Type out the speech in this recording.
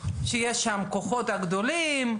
שיש שם כוחות גדולים,